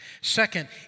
Second